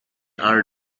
are